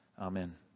amen